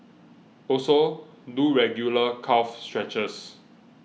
also do regular calf stretches